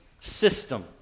system